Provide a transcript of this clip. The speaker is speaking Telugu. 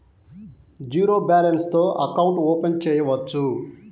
జీరో బాలన్స్ తో అకౌంట్ ఓపెన్ చేయవచ్చు?